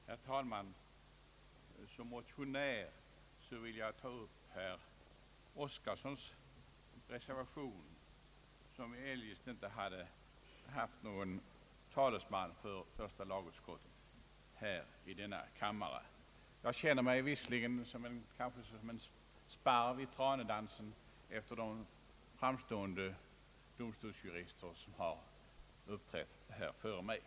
Herr talman! Som motionär vill jag beröra herr Oskarsons reservation, som eljest inte hade haft någon talesman från första lagutskottet i denna kammare. Jag känner mig som en sparv i tranedansen efter de framstående domstolsjurister som uppträtt här före mig.